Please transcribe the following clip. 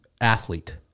Athlete